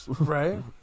Right